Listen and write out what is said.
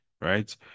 right